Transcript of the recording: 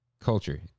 culture